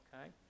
okay